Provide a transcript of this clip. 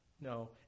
No